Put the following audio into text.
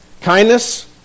Kindness